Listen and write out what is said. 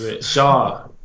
Shaw